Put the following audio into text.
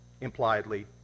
impliedly